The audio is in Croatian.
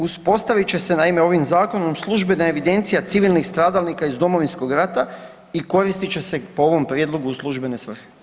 Uspostavit će se, naime, ovim Zakonom službena evidencija civilnih stradalnika iz Domovinskog rata i koristit će se po ovom prijedlogu u službene svrhe.